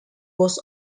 was